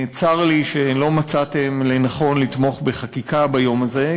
צר לי שלא מצאתם לנכון לתמוך בחקיקה ביום הזה.